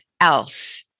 else